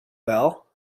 bell